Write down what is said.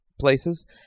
places